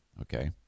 Okay